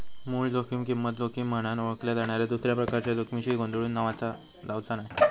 मूळ जोखीम किंमत जोखीम म्हनान ओळखल्या जाणाऱ्या दुसऱ्या प्रकारच्या जोखमीशी गोंधळून जावचा नाय